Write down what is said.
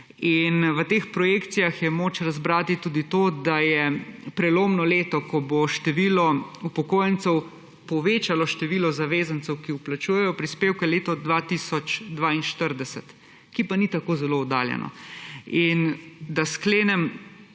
In v teh projekcijah je moč razbrati tudi to, da je prelomno leto, ko bo število upokojencev povečalo število zavezancev, ki vplačujejo prispevke, leto 2042, ki pa ni tako zelo oddaljeno. Da sklenem